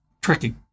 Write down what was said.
Tricky